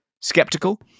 Skeptical